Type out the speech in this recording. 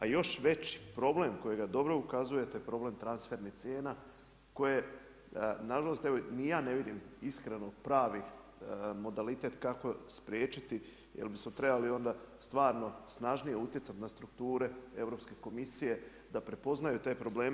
A još veći problem na kojega dobro ukazujete je problem transfernih cijena koje na žalost evo ni ja ne vidim iskreno pravi modalitet kako spriječiti jer bismo trebali onda stvarno snažnije utjecat na strukture Europske komisije da prepoznaju te probleme.